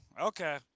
Okay